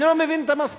אני לא מבין את המסקנה.